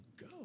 go